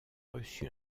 reçu